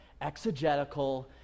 exegetical